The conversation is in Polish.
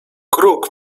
kruk